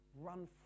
run